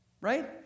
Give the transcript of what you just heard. right